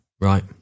Right